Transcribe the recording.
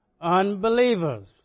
Unbelievers